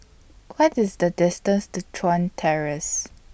What IS The distance to Chuan Terrace